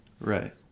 right